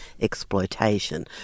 exploitation